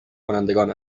کنندگان